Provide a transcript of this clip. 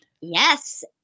Yes